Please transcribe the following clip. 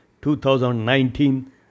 2019